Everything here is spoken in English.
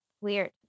weird